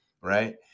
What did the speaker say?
right